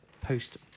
post